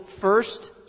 first